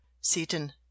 Seaton